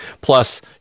plus